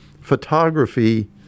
photography